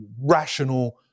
rational